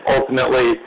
Ultimately